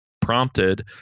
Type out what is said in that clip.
prompted